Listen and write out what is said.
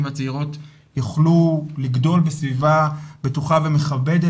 והצעירות יוכלו לגדול בסביבה בטוחה ומכבדת,